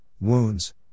Wounds